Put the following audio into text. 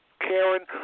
Karen